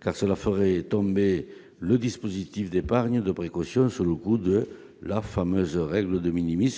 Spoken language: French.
car cela ferait tomber le dispositif d'épargne de précaution sous le coup de la fameuse règle,